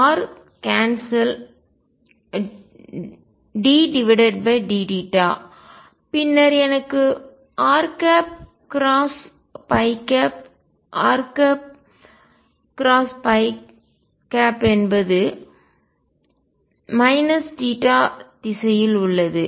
r cancel ddθ பின்னர் எனக்கு r r என்பது θ திசையில் உள்ளது